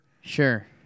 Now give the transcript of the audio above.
Sure